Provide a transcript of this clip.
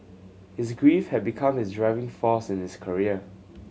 his grief have become his driving force in his career